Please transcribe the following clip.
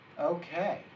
Okay